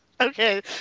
okay